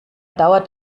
dauert